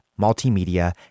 Multimedia